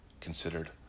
considered